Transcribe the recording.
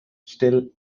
still